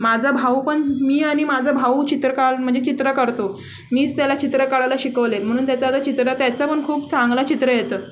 माझा भाऊ पण मी आणि माझं भाऊ चित्र काळ म्हणजे चित्र काढतो मीच त्याला चित्र काढायला शिकवले म्हणून त्याचा आता चित्र त्याचा पण खूप चांगला चित्र येतं